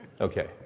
Okay